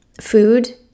food